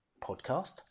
podcast